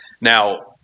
Now